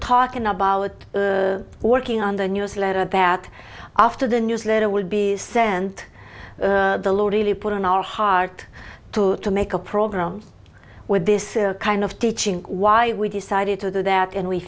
talking about working on the newsletter that after the newsletter will be sent the lord really put on our heart too to make a program with this kind of teaching why we decided to do that and we